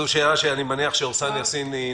זו שאלה שאני מניח שנוגעת לעורסאן יאסין.